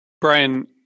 Brian